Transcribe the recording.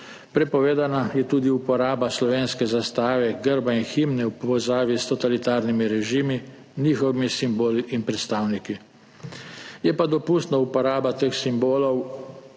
Prepovedana je tudi uporaba slovenske zastave, grba in himne v povezavi s totalitarnimi režimi, njihovimi simboli in predstavniki. Dopustna pa je uporaba teh simbolov,